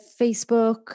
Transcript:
Facebook